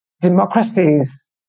democracies